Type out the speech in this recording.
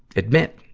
admit.